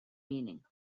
meaning